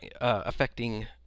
affecting